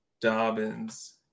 Dobbins